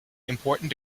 important